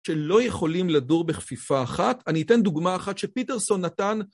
שלא יכולים לדור בחפיפה אחת, אני אתן דוגמה אחת שפיטרסון נתן.